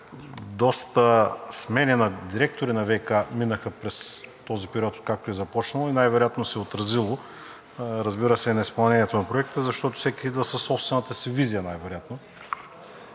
доста смени на директори на ВиК минаха през този период, откакто е започнал и най-вероятно се е отразило, разбира се, на изпълнението на проекта, защото всеки идва със собствената си визия най-вероятно.